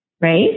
Right